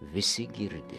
visi girdi